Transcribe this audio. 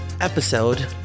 episode